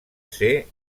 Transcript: ser